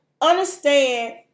understand